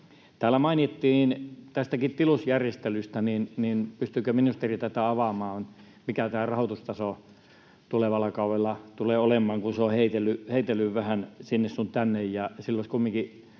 täällä mainittiin tästä tilusjärjestelystäkin, niin pystyykö ministeri tätä avaamaan, mikä tämän rahoitustaso tulevalla kaudella tulee olemaan, kun se on heitellyt vähän sinne sun tänne? Sillä olisi kumminkin